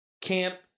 Camp